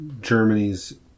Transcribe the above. Germany's